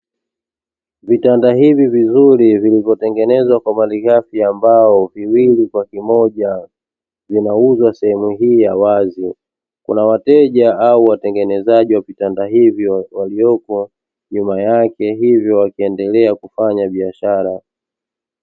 Vitanda hivi vizuri vilivyotengenezwa kwa malighafi ya mbao viwili kwa kimoja, vinauzwa sehemu hii ya wazi. Kuna wateja au watengenezaji wa vitanda hivyo waliopo nyuma yake hivyo wakiendelea kufanya biashara.